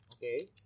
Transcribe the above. Okay